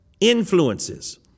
influences